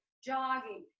jogging